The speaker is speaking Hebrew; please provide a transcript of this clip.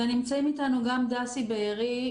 נמצאים איתנו גם דסי בארי,